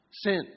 sin